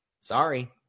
sorry